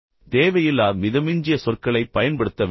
தேவையில்லாத மிதமிஞ்சிய சொற்களைப் பயன்படுத்த வேண்டாம்